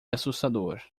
assustador